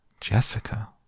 Jessica